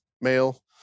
male